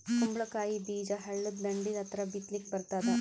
ಕುಂಬಳಕಾಯಿ ಬೀಜ ಹಳ್ಳದ ದಂಡಿ ಹತ್ರಾ ಬಿತ್ಲಿಕ ಬರತಾದ?